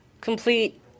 Complete